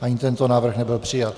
Ani tento návrh nebyl přijat.